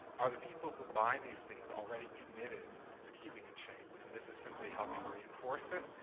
are the people who buy these things already committed to keeping in shape, and this is simply helping reinforce it,